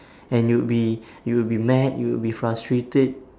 and you'd be you would be mad you would be frustrated